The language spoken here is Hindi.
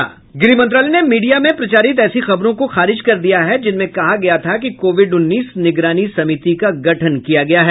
गृह मंत्रालय ने मीडिया में प्रचारित ऐसी खबरों को खारिज कर दिया है जिनमें कहा गया था कि कोविड उन्नीस निगरानी समिति का गठन किया गया है